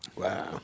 Wow